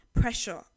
pressure